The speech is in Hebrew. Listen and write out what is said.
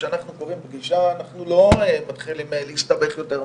כשאנחנו קובעים פגישה אנחנו לא מתחילים להסתבך יותר מדי.